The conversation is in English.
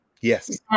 Yes